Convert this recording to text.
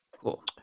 cool